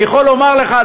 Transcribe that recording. יכול לומר לך,